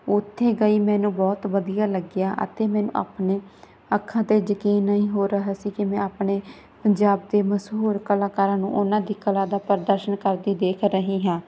ਉੱਥੇ ਗਈ ਮੈਨੂੰ ਬਹੁਤ ਵਧੀਆ ਲੱਗਿਆ ਅਤੇ ਮੈਨੂੰ ਆਪਣੇ ਅੱਖਾਂ 'ਤੇ ਯਕੀਨ ਨਹੀਂ ਹੋ ਰਿਹਾ ਸੀ ਕਿ ਮੈਂ ਆਪਣੇ ਪੰਜਾਬ ਦੇ ਮਸ਼ਹੂਰ ਕਲਾਕਾਰਾਂ ਨੂੰ ਉਹਨਾਂ ਦੀ ਕਲਾ ਦਾ ਪ੍ਰਦਰਸ਼ਨ ਕਰਦੀ ਦੇਖ ਰਹੀ ਹਾਂ